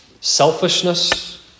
selfishness